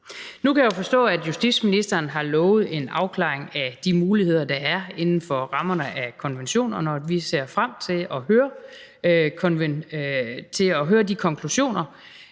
Nu kan jeg jo forstå, at justitsministeren har lovet en afklaring af de muligheder, der er inden for rammerne af konventionerne, og vi ser frem til at høre de konklusioner,